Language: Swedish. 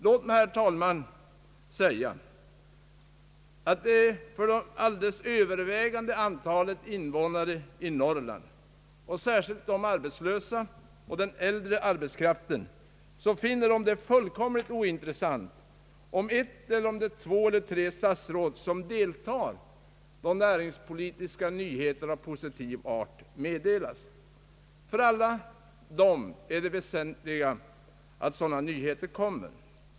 Låt mig, herr talman, säga att det alldeles övervägande antalet invånare i Norrland och särskilt de arbetslösa och den äldre arbetskraften finner det fullkomligt ointressant om ett eller två eller tre statsråd deltar då näringspolitiska nyheter av positiv art meddelas. För alla dessa människor är det väsentliga att sådana nyheter kommer.